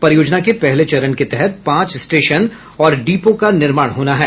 परियोजना के पहले चरण के तहत पांच स्टेशन और डिपो का निर्माण होना है